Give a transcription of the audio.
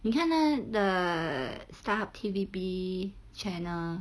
你看那 the Starhub T_V_B channel